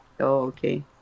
Okay